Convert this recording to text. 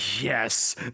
yes